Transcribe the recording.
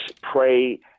pray